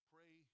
Pray